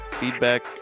Feedback